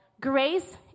Grace